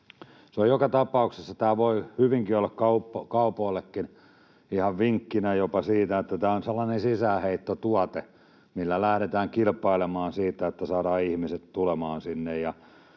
kyse. Joka tapauksessa tämä voi hyvinkin olla kaupoillekin ihan vinkkinä jopa, että tämä on sellainen sisäänheittotuote, millä lähdetään kilpailemaan, että saadaan ihmiset tulemaan sinne.